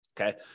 Okay